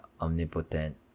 omnipotent